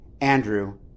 Andrew